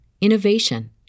innovation